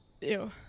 Ew